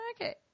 okay